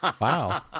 Wow